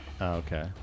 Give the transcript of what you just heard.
Okay